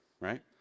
Right